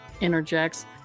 interjects